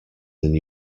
than